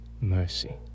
mercy